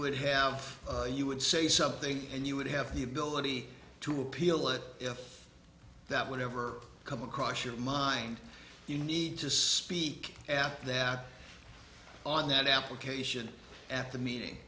would have you would say something and you would have the ability to appeal it if that would ever come across your mind you need to speak app that on that application at the meeting